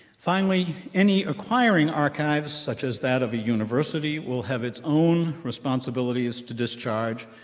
finally, any acquiring archives, such as that of a university, will have its own responsibilities to discharge,